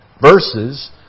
Verses